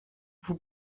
vous